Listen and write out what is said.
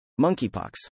monkeypox